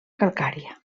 calcària